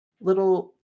little